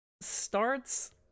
starts